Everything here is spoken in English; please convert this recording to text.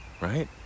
right